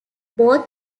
both